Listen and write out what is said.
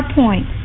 point